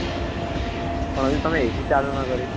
બરાબર પણ હજુ તમે એસી ચાલું ન કરી